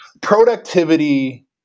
productivity